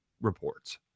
reports